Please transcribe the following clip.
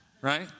Right